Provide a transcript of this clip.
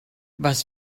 was